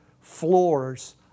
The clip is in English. floors